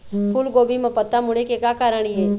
फूलगोभी म पत्ता मुड़े के का कारण ये?